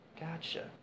Gotcha